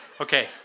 Okay